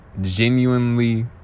genuinely